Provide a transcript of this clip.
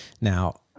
Now